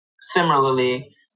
similarly